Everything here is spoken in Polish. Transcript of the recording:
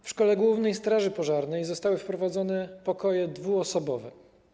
W szkole głównej straży pożarnej zostały wprowadzone pokoje dwuosobowe.